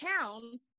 town